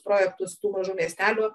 projektus tų mažų miestelių